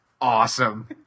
awesome